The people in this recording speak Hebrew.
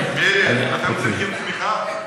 מירי, אתם צריכים תמיכה?